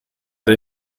der